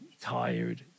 tired